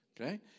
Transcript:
Okay